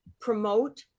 promote